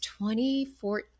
2014